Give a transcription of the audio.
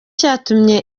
yatumye